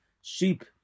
sheep